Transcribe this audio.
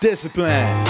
Discipline